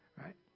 Right